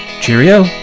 Cheerio